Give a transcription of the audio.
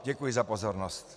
Děkuji za pozornost.